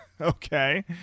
okay